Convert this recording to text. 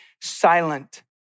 silent